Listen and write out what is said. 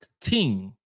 team